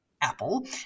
apple